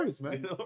man